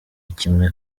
kimwe